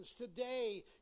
Today